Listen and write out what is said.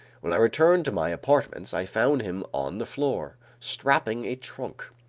when i returned to my apartments, i found him on the floor, strapping a trunk.